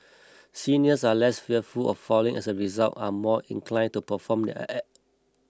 seniors are less fearful of falling as a result are more inclined to perform their